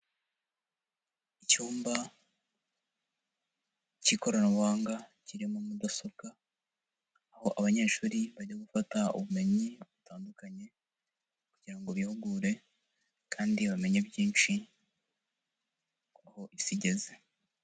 Icyumba cy'ikoranabuhanga, kirimo mudasobwa, aho abanyeshuri bajya gufata ubumenyi butandukanye kugira ngo bihugure kandi bamenye byinshi ku ho isi igeze.